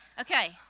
Okay